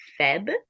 Feb